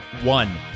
One